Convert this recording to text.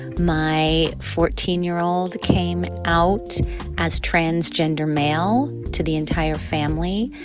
my fourteen year old came out as transgender male to the entire family.